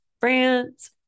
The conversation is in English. France